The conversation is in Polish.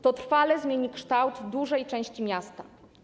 To trwale zmieni kształt dużej części miasta.